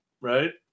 right